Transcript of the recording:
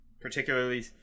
particularly